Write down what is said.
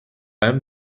allem